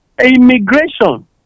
immigration